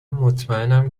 مطمئنم